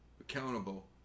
accountable